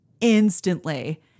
instantly